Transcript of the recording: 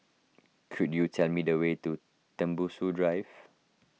could you tell me the way to Tembusu Drive